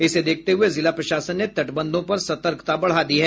इसे देखते हुए जिला प्रशासन ने तटबंधों पर सतर्कता बढ़ा दी है